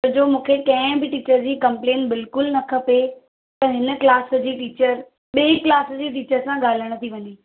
मूंखे कंहिं बि टीचर जी कंप्लेंट बिल्कुलु न खपे त हिन क्लास जी टीचर ॿिए क्लास जी टीचर सां ॻाल्हाइणु थी वञे